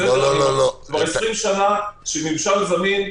זה דווקא מוכיח שאימות